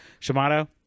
Shimano